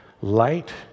Light